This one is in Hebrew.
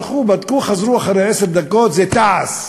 הלכו ובדקו וחזרו אחרי עשר דקות ואמרו: זה תע"ש.